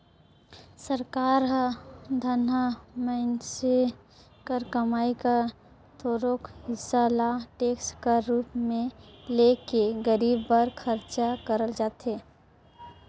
सरकार हर धनहा मइनसे कर कमई कर थोरोक हिसा ल टेक्स कर रूप में ले के गरीब बर खरचा करल जाथे